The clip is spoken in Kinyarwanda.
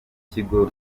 kigo